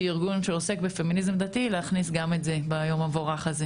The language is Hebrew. ארגון שעוסק בפמיניזם דתי להכניס גם את זה ביום המבורך הזה.